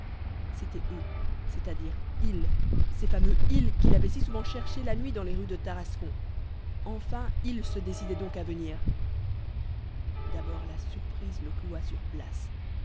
c'étaient eux c'est-à-dire ils ces fameux ils qu'il avait si souvent cherchés la nuit dans les rues de tarascon enfin ils se décidaient donc à venir d'abord la surprise le cloua sur place